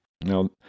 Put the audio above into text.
Now